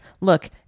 look